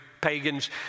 pagans